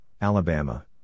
Alabama